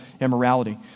immorality